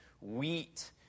wheat